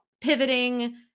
pivoting